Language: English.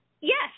yes